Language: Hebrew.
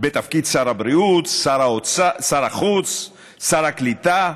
בתפקיד שר הבריאות, שר החוץ, שר הקליטה.